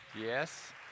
yes